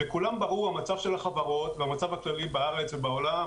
לכולם ברור המצב של החברות והמצב הכללי בארץ ובעולם,